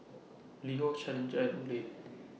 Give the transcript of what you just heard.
LiHo Challenger and Olay